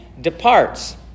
departs